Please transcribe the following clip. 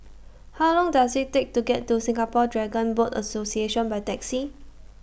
How Long Does IT Take to get to Singapore Dragon Boat Association By Taxi